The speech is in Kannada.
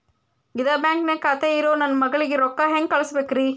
ಇದ ಬ್ಯಾಂಕ್ ನ್ಯಾಗ್ ಖಾತೆ ಇರೋ ನನ್ನ ಮಗಳಿಗೆ ರೊಕ್ಕ ಹೆಂಗ್ ಕಳಸಬೇಕ್ರಿ?